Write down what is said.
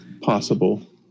possible